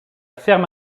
ferme